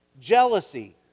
jealousy